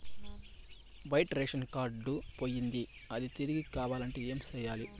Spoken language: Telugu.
వైట్ రేషన్ కార్డు పోయింది అది తిరిగి కావాలంటే ఏం సేయాలి